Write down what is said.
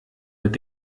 mit